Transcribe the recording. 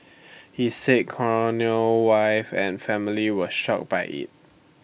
he said Cornell wife and family were shocked by IT